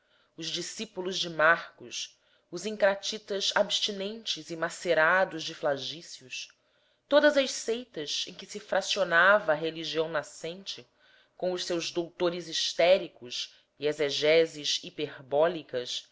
os discípulos de marcos os encratitas abstinentes e macerados de flagícios todas as seitas em que se fracionava a religião nascente com os seus doutores histéricos e exegeses hiperbólicas